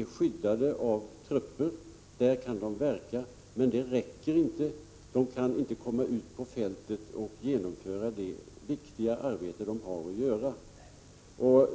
är skyddade av trupper. I dessa städer och byar kan de verka, men det räcker inte. De kan inte komma ut på fältet och genomföra det viktiga arbete som de borde göra.